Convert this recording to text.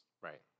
Right